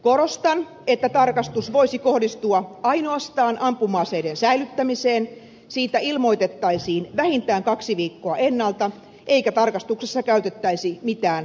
korostan että tarkastus voisi kohdistua ainoastaan ampuma aseiden säilyttämiseen siitä ilmoitettaisiin vähintään kaksi viikkoa ennalta eikä tarkastuksessa käytettäisi mitään voimakeinoja